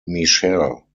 michelle